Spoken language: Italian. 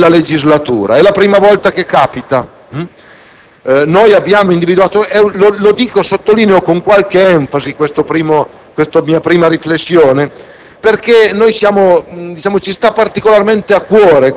perché questo DPEF traccia il programma della legislatura: è la prima volta che capita. Noi, la maggioranza (e sottolineo con qualche enfasi questa mia prima riflessione,